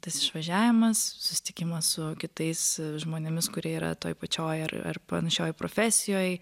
tas išvažiavimas susitikimas su kitais žmonėmis kurie yra toj pačioj ar ar panašioj profesijoj